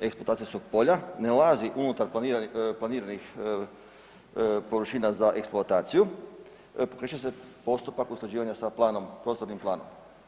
eksploatacijskog polja ne ulazi unutar planiranih, planiranih površina za eksploataciju pokreće se postupak usklađivanja sa planom, prostornim planom.